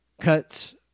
cuts